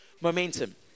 momentum